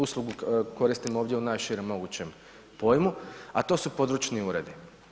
Uslugu koristim ovdje u najširem mogućem pojmu, a to su područni uredi.